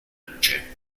luce